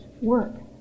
work